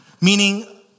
meaning